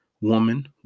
woman